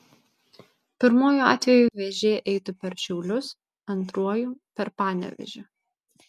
pirmuoju atveju vėžė eitų per šiaulius antruoju per panevėžį